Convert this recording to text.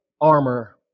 armor